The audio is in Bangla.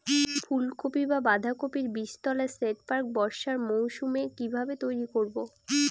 ফুলকপি বা বাঁধাকপির বীজতলার সেট প্রাক বর্ষার মৌসুমে কিভাবে তৈরি করব?